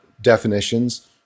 definitions